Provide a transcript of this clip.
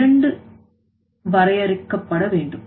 2 வரையறுக்கப்பட வேண்டும்